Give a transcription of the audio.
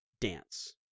dance